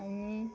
आनी